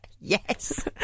yes